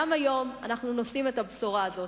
גם היום אנחנו נושאים את הבשורה הזאת.